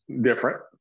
different